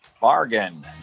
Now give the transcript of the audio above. Bargain